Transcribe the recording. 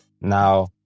Now